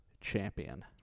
Champion